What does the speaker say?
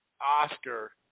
Oscar